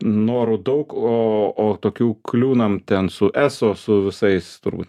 norų daug o o tokių kliūnam ten su eso su visais turbūt